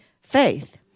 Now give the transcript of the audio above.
faith